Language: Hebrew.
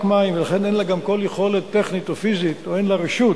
מים ולכן אין לה גם כל יכולת טכנית או פיזית או אין לה רשות